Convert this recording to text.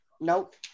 Nope